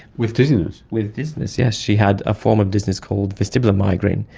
with dizziness? with dizziness, yes, she had a form of dizziness called vestibular migraine.